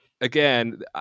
again